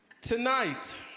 Tonight